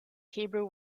hebrew